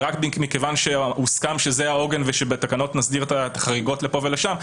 ורק מכיוון שהוסכם שזה העוגן ושבתקנות נסדיר את החריגות לפה ולשם,